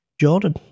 Jordan